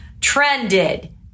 trended